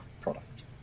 product